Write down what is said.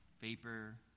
vapor